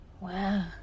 Wow